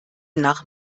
nach